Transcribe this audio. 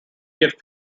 get